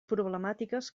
problemàtiques